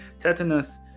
tetanus